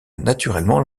naturellement